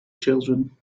children